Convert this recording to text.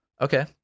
Okay